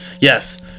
Yes